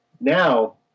Now